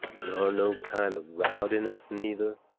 nor no kind of rowdyness, neither.